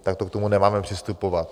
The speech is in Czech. Takto k tomu nemáme přistupovat.